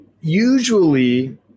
usually